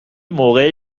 موقع